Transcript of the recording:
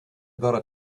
gotta